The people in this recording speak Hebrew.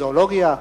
זואולוגיה,